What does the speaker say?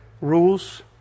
rules